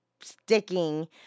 sticking